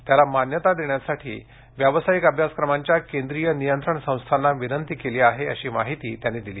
त्याला मान्यता देण्यासाठी व्यावसायिक अभ्यासक्रमांच्या केंद्रीय नियंत्रण संस्थांना विनंती केली आहे अशी माहिती त्यांनी दिली